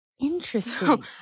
Interesting